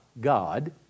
God